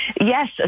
Yes